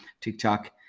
tiktok